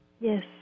Yes